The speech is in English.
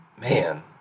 man